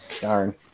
Darn